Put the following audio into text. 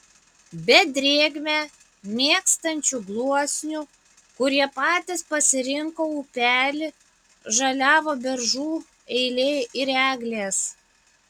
be drėgmę mėgstančių gluosnių kurie patys pasirinko upelį žaliavo beržų eilė ir eglės